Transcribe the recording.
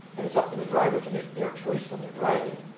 and it's up to the driver to make their choice when they're driving.